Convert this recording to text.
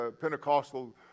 Pentecostal